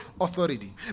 authority